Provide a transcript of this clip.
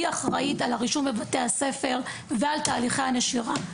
היא אחראית על הרישום בבתי הספר ועל תהליכי הנשירה.